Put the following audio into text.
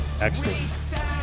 Excellent